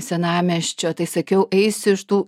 senamiesčio tai sakiau eisiu iš tų